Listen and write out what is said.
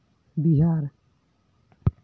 Bihar